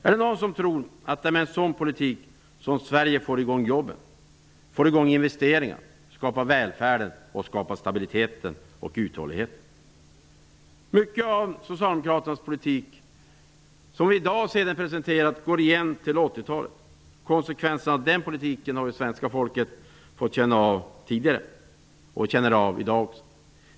Är det någon som tror att det är med en sådan politik som Sverige får i gång jobben, får i gång investeringarna och skapar välfärd, stabilitet och uthållighet? Mycket av socialdemokraternas politik, som vi i dag ser den presenterad, går igen till 1980-talet. Konsekvenserna av den politiken har svenska folket fått känna av tidigare. Svenska folket känner av den även i dag.